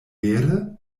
vere